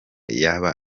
yaba